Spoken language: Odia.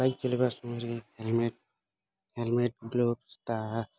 ବାଇକ୍ ଚଲାଇବା ସମୟରେ ହେଲମେଟ୍ ହେଲମେଟ୍ ଗ୍ଳୋବସ୍ ତା